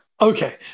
Okay